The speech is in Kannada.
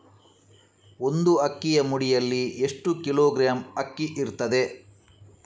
ಒಂದು ಅಕ್ಕಿಯ ಮುಡಿಯಲ್ಲಿ ಎಷ್ಟು ಕಿಲೋಗ್ರಾಂ ಅಕ್ಕಿ ಇರ್ತದೆ?